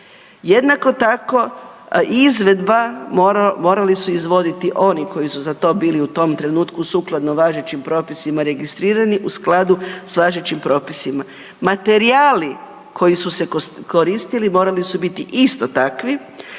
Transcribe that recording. Jednako tako, izvedba morali su izvoditi oni koji su za to bili u tom trenutku, sukladno važećim propisima registrirani u skladu s važećim propisima. Materijali koji su se koristili morali su biti isto takvi.